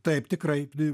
taip tikrai